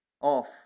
off